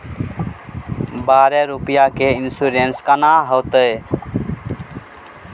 बारह रुपिया के इन्सुरेंस केना होतै?